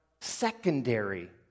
secondary